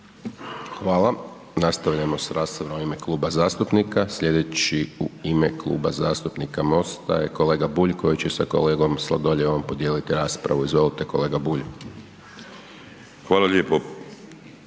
Hvala. Nastavljamo s raspravom u ime kluba zastupnika, slijedeći u ime Kluba zastupnika MOST-a je kolega Bulj, koji će sa kolegom Sladoljevom podijeliti raspravu. Izvolite kolega Bulj. **Bulj,